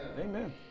amen